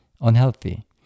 unhealthy